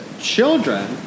children